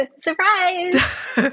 Surprise